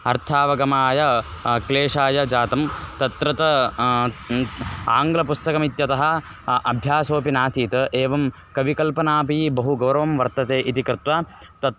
अर्थावगमनाय क्लेशाय जातं तत्रतः आङ्ग्लपुस्तकम् इत्यतः अभ्यासोऽपि नासीत् एवं कविकल्पनापि बहु गौरवं वर्तते इति कृत्वा तत्र